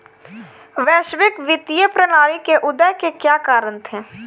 वैश्विक वित्तीय प्रणाली के उदय के क्या कारण थे?